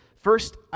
First